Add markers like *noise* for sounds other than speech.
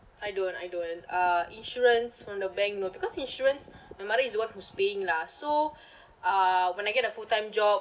I don't I don't uh insurance from the bank no because insurance my mother is the one who's paying lah so *breath* uh when I get a full-time job